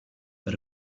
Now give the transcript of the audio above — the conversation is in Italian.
per